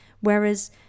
whereas